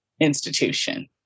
institution